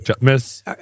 miss